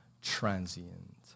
transient